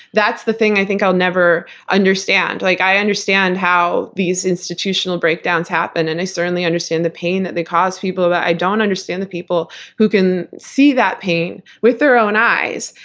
that's the thing i think i'll never understand. like i understand how these institutional breakdowns happened, and i certainly understand the pain that they caused people, but i don't understand the people who can see that pain, with their own eyes,